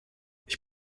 ich